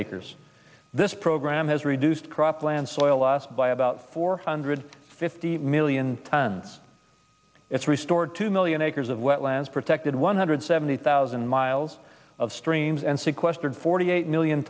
of this program has reduced cropland soil by about four hundred fifty million tons it's restored two million acres of wetlands protected one hundred seventy thousand miles of streams and sequestered forty eight million